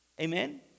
Amen